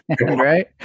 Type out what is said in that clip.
Right